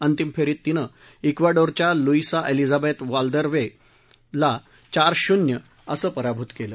अंतिम फेरीत तिनं इक्वाडोरच्या लुईसा एलिझाबेथ वाल्वार्देला चार शून्यअसं पराभूत केलं